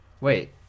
Wait